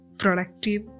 productive